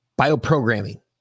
bioprogramming